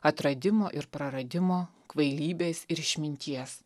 atradimo ir praradimo kvailybės ir išminties